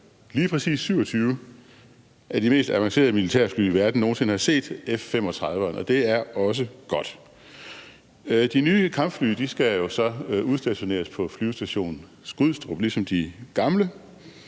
lige præcis 27 af de mest avancerede militærfly, verden nogen sinde har set, nemlig F-35'erne. Det er også godt. De nye kampfly skal jo så ligesom de gamle udstationeres på Flyvestation Skrydstrup, og har